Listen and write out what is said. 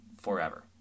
forever